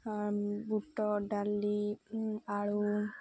ବୁଟ ଡାଲି ଆଳୁ